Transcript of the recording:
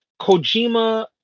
Kojima